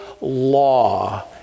law